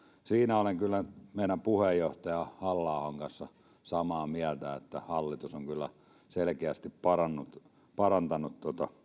siinä olen kyllä meidän puheenjohtaja halla ahon kanssa samaa mieltä että hallitus on kyllä selkeästi parantanut parantanut